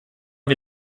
wir